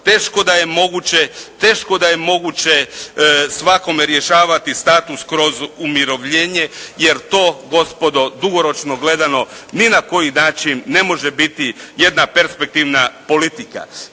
teško da je moguće svakome rješavati status kroz umirovljenje jer to gospodo dugoročno gledano ni na koji način ne može biti jedna perspektivna politika.